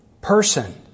person